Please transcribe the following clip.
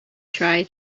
try